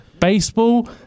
baseball